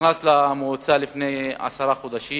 שנכנס למועצה לפני עשרה חודשים,